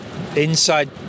Inside